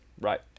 right